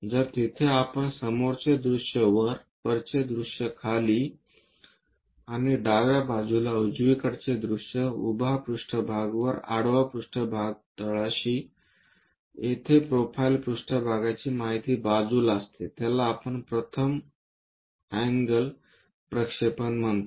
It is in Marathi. तर तिथे आपण समोरचे दृष्य वर वरचे दृश्य खाली आणि डाव्या बाजूला उजवीकडचे दृश्य उभा पृष्ठभाग वर आडवा पृष्ठभाग तळाशी येथे प्रोफाइल पृष्ठभागाची माहिती बाजूला असते त्याला आपण प्रथम अँगल प्रक्षेपण म्हणतो